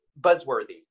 buzzworthy